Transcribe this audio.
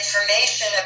information